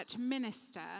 minister